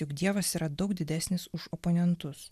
juk dievas yra daug didesnis už oponentus